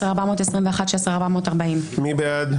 16,181 עד 16,200. מי בעד?